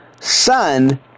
Son